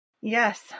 Yes